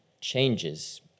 changes